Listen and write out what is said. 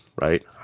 right